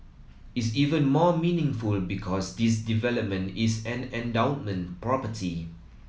is even more meaningful because this development is an endowment property